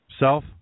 Self